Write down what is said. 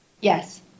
yes